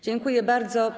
Dziękuję bardzo.